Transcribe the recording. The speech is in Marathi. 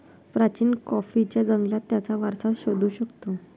प्राचीन कॉफीच्या जंगलात त्याचा वारसा शोधू शकतो